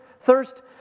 thirst